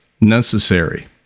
necessary